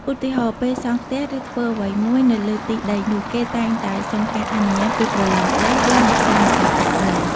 ឧទាហរណ៍ ពេលសង់ផ្ទះ ឬធ្វើអ្វីមួយនៅលើទីដីនោះ គេតែងតែសុំការអនុញ្ញាតពីព្រលឹងដីឬអ្នកតាម្ចាស់ទឹកដី។